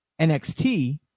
nxt